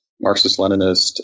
Marxist-Leninist